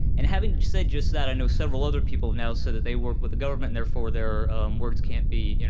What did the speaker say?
and having said just that, i know several other people have now said that they work with the government, and therefore their words can't be, you know